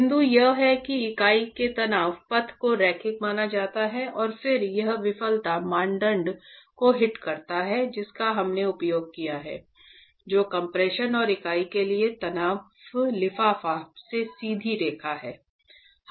बिंदु यह है कि इकाई में तनाव पथ को रैखिक माना जाता है और फिर यह विफलता मानदंड को हिट करता है जिसका हमने उपयोग किया है जो कम्प्रेशन और इकाई के लिए तनाव लिफाफा में सीधी रेखा है